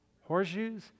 horseshoes